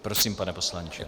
Prosím, pane poslanče.